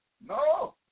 No